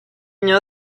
know